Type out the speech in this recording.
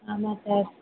ஆமாம் அத்தை